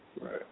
right